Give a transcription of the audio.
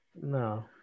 No